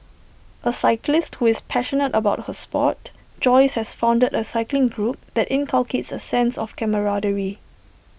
A cyclist who is passionate about her Sport Joyce has founded A cycling group that inculcates A sense of camaraderie